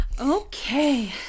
Okay